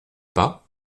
pas